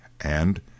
And